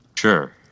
Sure